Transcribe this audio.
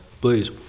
please